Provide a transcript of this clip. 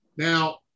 Now